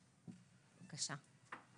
בבקשה.